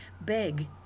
beg